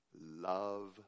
love